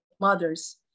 mothers